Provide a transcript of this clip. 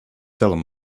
salem